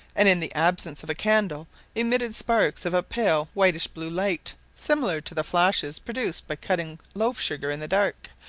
and in the absence of a candle emitted sparks of a pale whitish blue light, similar to the flashes produced by cutting loaf-sugar in the dark,